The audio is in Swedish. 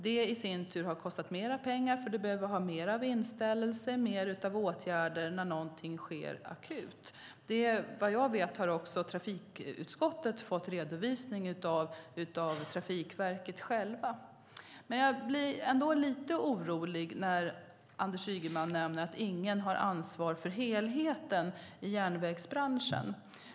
Det i sin tur har kostat mer pengar, för man behöver ha mer av inställelse och mer av åtgärder när någonting sker akut. Vad jag vet har trafikutskottet fått en redovisning av Trafikverket självt. Men jag blir ändå lite orolig när Anders Ygeman nämner att ingen har ansvar för helheten i järnvägsbranschen.